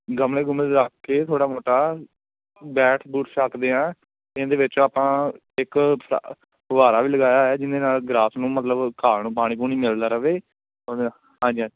ਗਮਲੇ ਗੁਮਲੇ ਰੱਖ ਕੇ ਥੋੜ੍ਹਾ ਮੋਟਾ ਬੈਠ ਬੂਠ ਸਕਦੇ ਹਾਂ ਇਹਦੇ ਵਿੱਚ ਆਪਾਂ ਇੱਕ ਫੁਹਾਰਾ ਵੀ ਲਗਾਇਆ ਹੋਇਆ ਜਿਹਦੇ ਨਾਲ ਗਰਾਸ ਨੂੰ ਮਤਲਬ ਘਾਹ ਨੂੰ ਪਾਣੀ ਪੁਣੀ ਮਿਲਦਾ ਰਹੇ ਉਹਦੇ ਨਾਲ ਹਾਂਜੀ